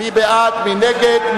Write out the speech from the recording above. מי נגד?